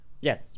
Yes